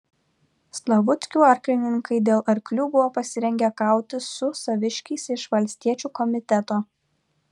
slavuckių arklininkai dėl arklių buvo pasirengę kautis su saviškiais iš valstiečių komiteto